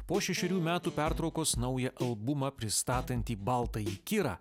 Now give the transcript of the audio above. po šešerių metų pertraukos naują albumą pristatantį baltąjį kirą